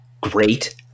great